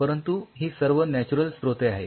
परंतु ही सर्व नॅच्युरल स्रोते आहेत